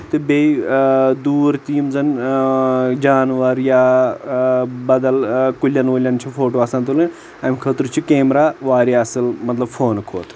تہٕ بییٚہِ دوٗر تہِ یِم زن اں جانور یا آ بدل کُلٮ۪ن وُلٮ۪ن چھِ فوٹو آسان تُلٕنۍ امہِ خٲطرٕ چھُ کیمرا واریاہ اصٕل مطلب فونہٕ کھوٚتہٕ